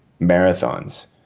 marathons